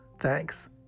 Thanks